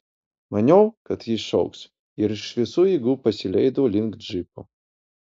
maniau kad ji šauks ir iš visų jėgų pasileidau link džipo